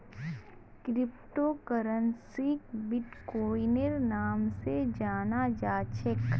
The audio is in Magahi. क्रिप्टो करन्सीक बिट्कोइनेर नाम स जानाल जा छेक